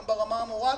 גם ברמה המורלית,